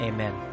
Amen